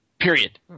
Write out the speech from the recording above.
Period